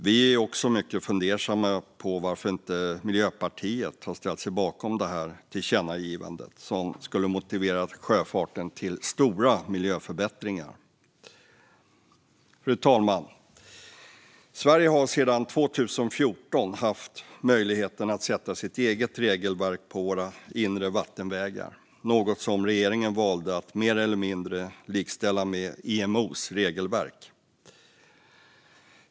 Vi är mycket fundersamma över varför inte Miljöpartiet ställt sig bakom detta tillkännagivande som skulle motivera sjöfarten till stora miljöförbättringar. Fru talman! Sverige har sedan 2014 haft möjligheten att ha sitt eget regelverk för våra inre vattenvägar, något regeringen valde att mer eller mindre likställa med IMO:s regelverk.